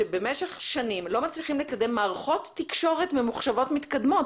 שבמשך שנים לא מצליחים לקדם מערכות תקשורת ממוחשבות מתקדמות.